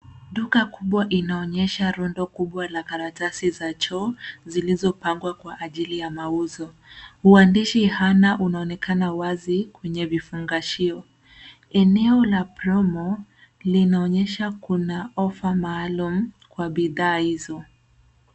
Duka kubwa inaonyesha rundo kubwa la karatasi za choo zilizopangwa kwa ajili ya mauzo. Uandishi Hanan unaonekana wazi kwenye vifangashio. Eneo la promo linaonyesha Kuna offer maalum kwa bidhaa hizo.